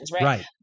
right